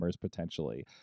potentially